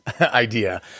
idea